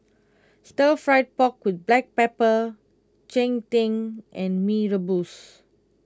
Stir Fried Pork with Black Pepper Cheng Tng and Mee Rebus